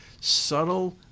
subtle